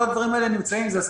כל הדברים האלה נמצאים,